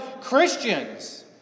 Christians